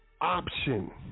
option